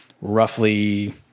roughly